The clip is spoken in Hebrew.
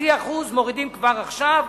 0.5% מורידים כבר עכשיו,